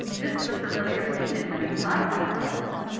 this is a familiar scene in many sci-fi films,